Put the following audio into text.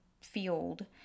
field